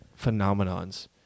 phenomenons